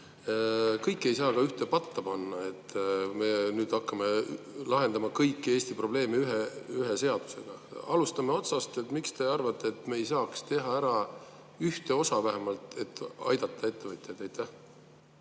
Kõike ei saa ühte patta panna, et me nüüd hakkame lahendama kõiki Eesti probleeme ühe seadusega. Alustame otsast. Miks te arvate, et me ei saaks teha ära ühte osa vähemalt, et aidata ettevõtjaid?